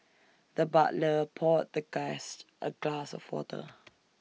the butler poured the guest A glass of water